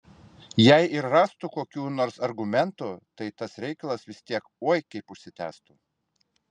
jei ir rastų kokių nors argumentų tai tas reikalas vis tiek oi kaip užsitęstų